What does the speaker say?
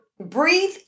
breathe